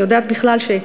אני יודעת שבערבה,